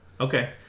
Okay